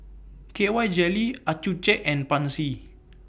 K Y Jelly Accucheck and Pansy